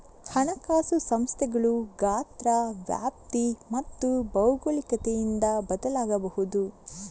ಹಣಕಾಸು ಸಂಸ್ಥೆಗಳು ಗಾತ್ರ, ವ್ಯಾಪ್ತಿ ಮತ್ತು ಭೌಗೋಳಿಕತೆಯಿಂದ ಬದಲಾಗಬಹುದು